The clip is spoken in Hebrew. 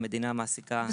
המדינה מעסיקה הרבה עובדים.